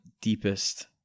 deepest